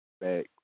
back